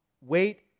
Wait